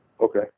Okay